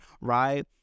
right